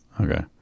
okay